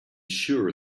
sure